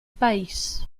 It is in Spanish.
país